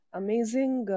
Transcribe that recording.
amazing